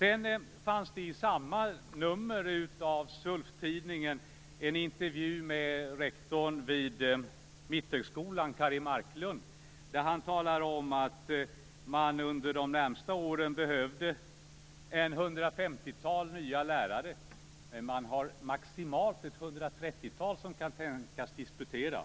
I SULF-tidningen fanns det också en intervju med rektorn vid Mitthögskolan Kari Marklund där han talar om att man under de närmaste åren behöver omkring 150 nya lärare. Men man har högst omkring 130 som kan tänkas disputera.